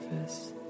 surface